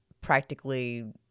practically